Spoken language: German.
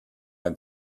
ein